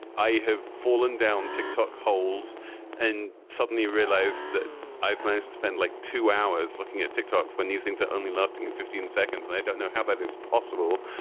i have fallen down tick-tock holes and suddenly realized that i've managed to spend like two hours looking at tick-tock. when you think that only lasting and fifteen seconds and i don't know how that is possible.